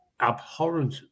abhorrent